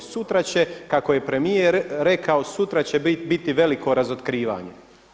Sutra će kako je premijer rekao, sutra će biti veliko razotkrivanje.